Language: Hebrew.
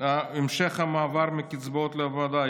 המעבר מקצבאות לעבודה.